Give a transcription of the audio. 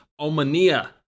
Omania